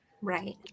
Right